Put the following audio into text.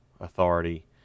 authority